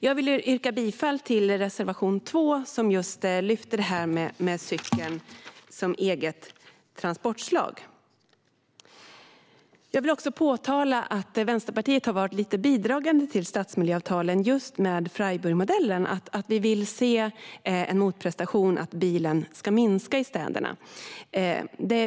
Jag vill yrka bifall till reservation 2, där cykeln som eget transportslag lyfts fram. Jag vill också påpeka att Vänsterpartiet har varit lite bidragande till stadsmiljöavtalen, just med Freiburgmodellen. Vi vill se en motprestation, att användning av bil ska minska i städerna.